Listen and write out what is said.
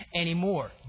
anymore